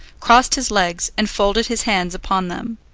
crossed his legs and folded his hands upon them,